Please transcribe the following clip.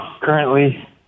currently